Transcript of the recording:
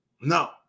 No